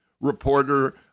reporter